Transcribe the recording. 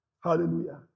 Hallelujah